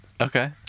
okay